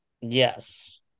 Yes